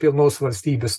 pilnos valstybės